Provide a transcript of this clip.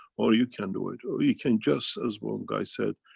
or you can do it. or you can just, as one guy said.